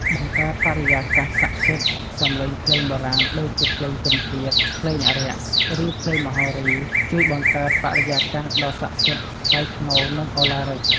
បង្កើតបរិយាកាសស័ក្ដិសិទ្ធិ សំឡេងភ្លេងបុរាណដូចជា ភ្លេងពិណពាទ្យ ភ្លេងអារក្ស ឬភ្លេងមហោរី ជួយបង្កើតបរិយាកាសដ៏ស័ក្ដិសិទ្ធិ ថ្លៃថ្នូរ និងឱឡារិក។